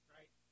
Right